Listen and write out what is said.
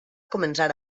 començar